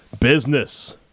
business